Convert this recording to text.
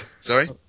Sorry